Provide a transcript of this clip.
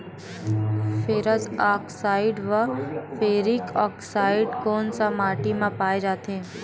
Ferrous oxide व ferric oxide कोन सा माटी म पाय जाथे?